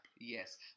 Yes